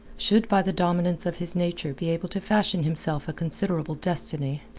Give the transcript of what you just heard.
should by the dominance of his nature be able to fashion himself a considerable destiny.